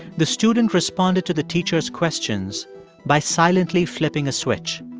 the student responded to the teacher's questions by silently flipping a switch.